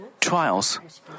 trials